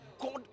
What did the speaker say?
God